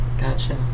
Gotcha